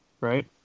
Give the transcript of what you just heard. right